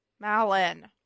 malin